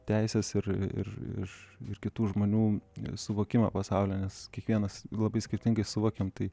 teises ir ir iš kitų žmonių suvokimą pasaulio nes kiekvienas labai skirtingai suvokiam tai